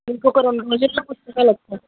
ఇంకొక రెండు రోజుల్లో పుస్తకాలొస్తాయి